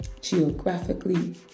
geographically